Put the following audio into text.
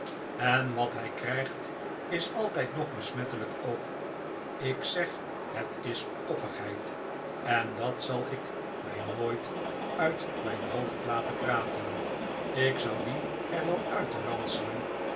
en wat hij krijgt is altijd nog besmettelijk ook ik zeg het is koppigheid en dat zal ik mij nopit uit mijn hoofd laten praten ik zou die er wel uitranselen